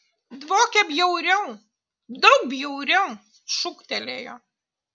dvokia bjauriau daug bjauriau šūktelėjo